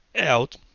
out